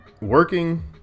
working